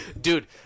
dude